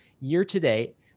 year-to-date